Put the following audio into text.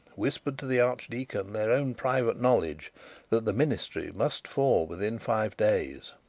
whispered to the archdeacon their own private knowledge that the ministry must fall within five days.